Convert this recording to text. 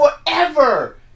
forever